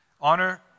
honor